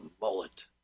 mullet